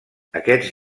aquests